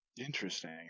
interesting